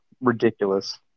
ridiculous